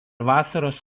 vasaros